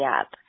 up